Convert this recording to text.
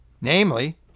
Namely